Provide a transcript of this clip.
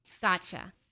Gotcha